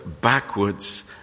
backwards